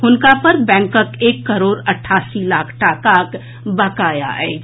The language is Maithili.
आकरा पर बैंकक एक करोड़ अठासी लाख टाकाक बकाया अछि